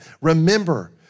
Remember